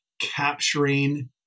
capturing